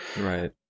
Right